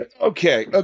Okay